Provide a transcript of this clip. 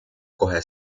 kohe